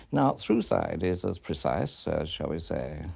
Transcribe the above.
now throughside is as precise as, shall we say,